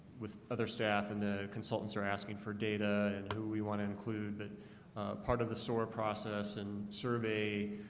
with other staff and the consultants are asking for data and who we want to include but part of the soar process and survey.